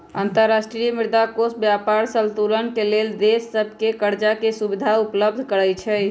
अंतर्राष्ट्रीय मुद्रा कोष व्यापार संतुलन के लेल देश सभके करजाके सुभिधा उपलब्ध करबै छइ